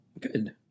good